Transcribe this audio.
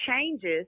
changes